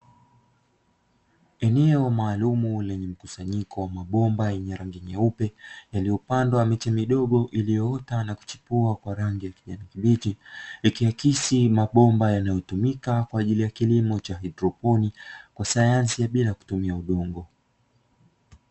Eneo maalumu lenye mkusanyiko wa mabomba yenye rangi nyeupe, yaliyopandwa miche midogo iliyoota na kuchipua kwa rangi ya kijani kibichi. Ikiakisi mabomba yanayotumika kwa ajili ya kilimo cha haidroponi kwa sayansi ya bila kutumia udongo.